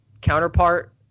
counterpart